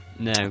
No